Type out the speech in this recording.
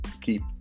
keep